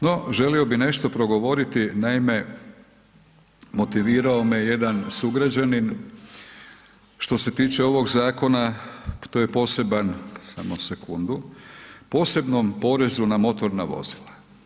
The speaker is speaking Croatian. No želio bi nešto progovoriti, naime, motivirao me jedan sugrađanin što se tiče ovog zakona, to je poseban, samo sekundu, posebnom porezu na motorna vozila.